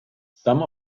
some